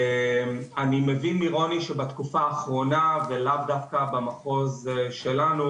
אני מבין מרוני שבתקופה האחרונה ולאו דווקא במחוז שלנו